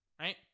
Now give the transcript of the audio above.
Right